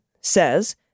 says